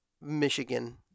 Michigan